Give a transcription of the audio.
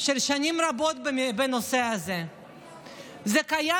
של שנים רבות בנושא הזה אני יכולה להגיד לכם: זה קיים,